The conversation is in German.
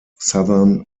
southern